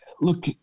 look